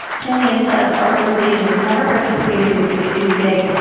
killian says, our organization has never participated in giving tuesday,